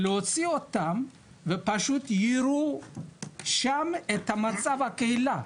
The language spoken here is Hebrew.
להוציא אותם ופשוט יראו שם את מצב הקהילה,